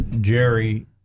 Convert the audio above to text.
Jerry